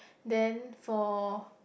then for